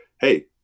Hey